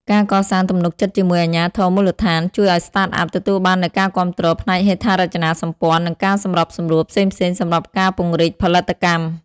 ការកសាងទំនុកចិត្តជាមួយអាជ្ញាធរមូលដ្ឋាន ជួយឱ្យ Startup ទទួលបាននូវការគាំទ្រផ្នែកហេដ្ឋារចនាសម្ព័ន្ធ និងការសម្របសម្រួលផ្សេងៗសម្រាប់ការពង្រីកផលិតកម្ម។